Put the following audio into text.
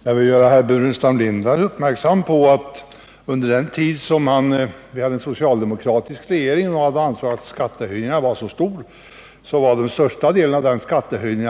Herr talman! Jag vill göra herr Burenstam Linder uppmärksam på att de största skattehöjningarna under den tid vi hade en socialdemokratisk regering